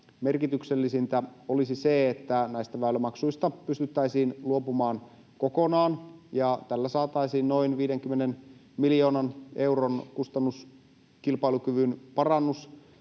merkityksellisintä olisi se, että näistä väylämaksuista pystyttäisiin luopumaan kokonaan. Tällä saataisiin noin 50 miljoonan euron kustannuskilpailukyvyn parannus